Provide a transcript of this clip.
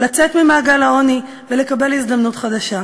לצאת ממעגל העוני ולקבל הזדמנות חדשה.